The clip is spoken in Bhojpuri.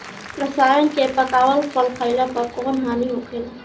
रसायन से पकावल फल खइला पर कौन हानि होखेला?